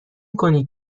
کنید